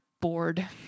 bored